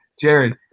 Jared